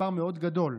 מספר מאוד גדול,